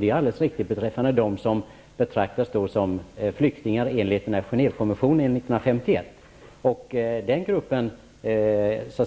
Det är alldeles riktigt att det är som hon säger när det gäller dem som betraktas som flyktingar enligt Genèvekonventionen 1951. Den gruppen är viss